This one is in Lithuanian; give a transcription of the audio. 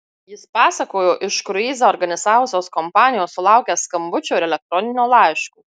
jis pasakojo iš kruizą organizavusios kompanijos sulaukęs skambučio ir elektroninio laiško